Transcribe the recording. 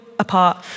apart